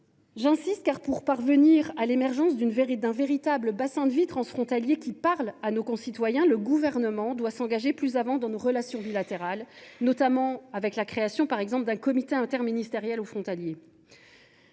ministre : pour parvenir à l’émergence d’un véritable bassin de vie transfrontalier qui parle à nos concitoyens, le Gouvernement doit s’engager plus avant dans nos relations bilatérales, notamment avec la création d’un comité interministériel transfrontalier.